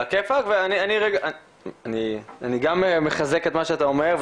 אני גם מחזק את מה שאתה אומר,